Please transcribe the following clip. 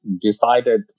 decided